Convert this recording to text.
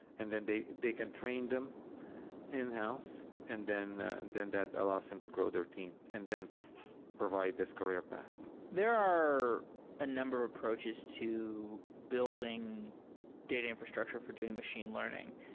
and then they they can train them in house and then and then that allows them to grow their team and then provide this career path. there are a number of approaches to building data infrastructure for doing machine learning.